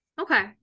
okay